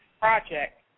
project